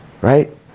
Right